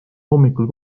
hommikul